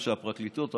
תשאל אותו,